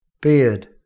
beard